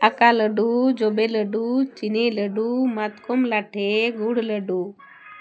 ᱟᱠᱟ ᱞᱟᱹᱰᱩ ᱡᱚᱵᱮ ᱞᱟᱹᱰᱩ ᱪᱤᱱᱤ ᱞᱟᱹᱰᱩ ᱢᱟᱛᱠᱚᱢ ᱞᱟᱴᱷᱮ ᱜᱩᱲ ᱞᱟᱹᱰᱩ